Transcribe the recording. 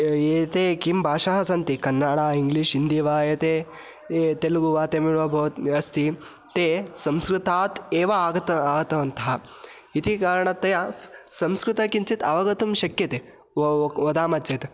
ये ते किं भाषाः सन्ति कन्नडं इङ्ग्लिष् हिन्दी वा एते ए तेलुगु वा तमिळ् वा भवति अस्ति ते संस्कृतात् एव आगतं आगतवन्तः इति कारणतया संस्कृतं किञ्चित् अवगन्तुं शक्यते वदामः चेत्